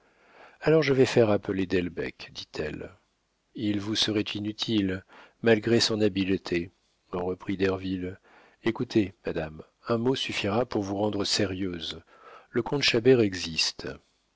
alors je vais faire appeler delbecq dit-elle il vous serait inutile malgré son habileté reprit derville écoutez madame un mot suffira pour vous rendre sérieuse le comte chabert existe